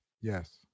Yes